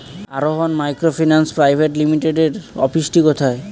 আরোহন microfinance private লিমিটেডের অফিসটি কোথায়?